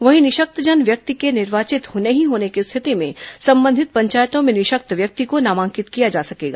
वहीं निःशक्त व्यक्ति के निर्वाचित नहीं होने की रिथिति में संबंधित पंचायतों में निःशक्त व्यक्ति को नामांकित किया जा सकेगा